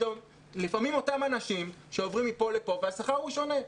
לפעמים עם אותם אנשים שעוברים מפה לפה והשכר הוא שונה,